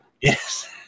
Yes